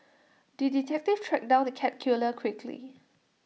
the detective tracked down the cat killer quickly